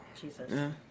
Jesus